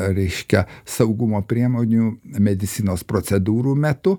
reiškia saugumo priemonių medicinos procedūrų metu